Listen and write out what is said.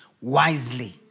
wisely